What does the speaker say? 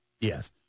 Yes